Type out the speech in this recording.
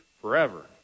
forever